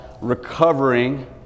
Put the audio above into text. recovering